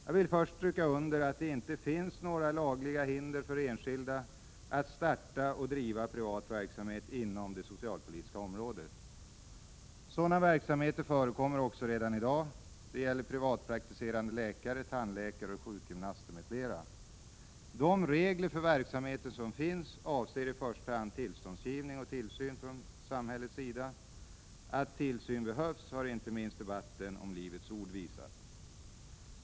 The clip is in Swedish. Jag vill först stryka under att det inte finns några lagliga hinder för enskilda att starta och driva privat verksamhet inom det socialpolitiska området. Sådan verksamhet förekommer också redan i dag. Det gäller privatpraktiserande läkare, tandläkare och sjukgymnaster, m.fl. De regler för verksamheten som finns avser i första hand tillståndsgivning och tillsyn från samhällets sida. Att tillsyn behövs har inte minst debatten om Livets ord visat.